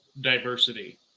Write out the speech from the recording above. diversity